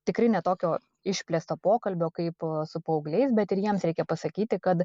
tikrai ne tokio išplėsto pokalbio kaip su paaugliais bet ir jiems reikia pasakyti kad